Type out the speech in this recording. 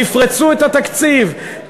תפרצו את התקציב,